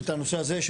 את הנושא הזה?